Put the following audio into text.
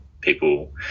people